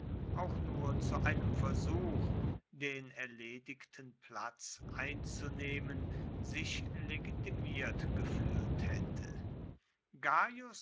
auch nur zu einem versuch den erledigten platz einzunehmen sich legitimiert gefühlt hätte gaius